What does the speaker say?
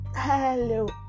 Hello